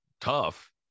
tough